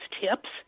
tips